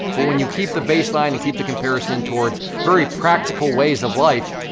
but when you keep the baseline and keep the comparison towards very practical ways of life,